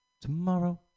Tomorrow